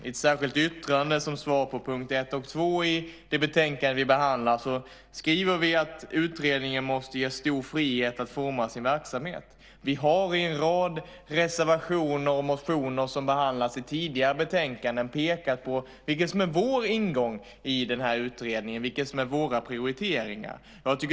I ett särskilt yttrande, som svar på punkterna 1 och 2 i det betänkande vi behandlar, skriver vi att utredningen måste ges stor frihet att forma sin verksamhet. Vi har i en rad reservationer och motioner som behandlats i tidigare betänkanden pekat på vår ingång i utredningen och våra prioriteringar.